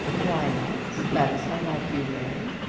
why not? that is unlike you, mary.